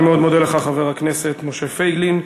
אני מאוד מודה לך, חבר הכנסת משה פייגלין.